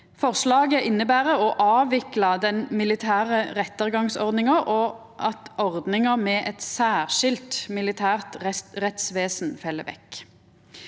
Forslaget inneber å avvikla den militære rettargangsordninga og at ordninga med eit særskilt militært rettsvesen fell vekk.